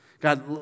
God